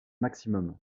maximum